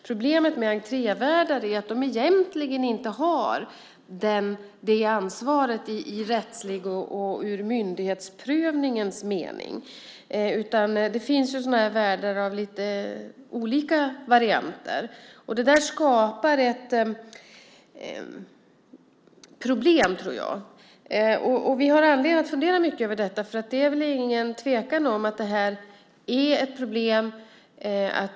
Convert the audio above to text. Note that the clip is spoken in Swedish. Problemet med entrévärdar är att de egentligen inte har det ansvaret i rättslig och i myndighetsprövningens mening. Det finns sådana här värdar i lite olika varianter. Jag tror att det skapar ett problem. Vi har anledning att fundera mycket över detta. Det är väl ingen tvekan om att det här är ett problem.